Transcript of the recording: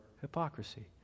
hypocrisy